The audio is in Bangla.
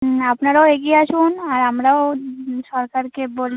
হুম আপনারাও এগিয়ে আসুন আর আমরাও সরকারকে বলে